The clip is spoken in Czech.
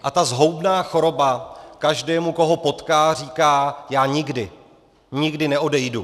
A ta zhoubná choroba každému, koho potká, říká: já nikdy, nikdy neodejdu.